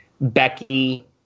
Becky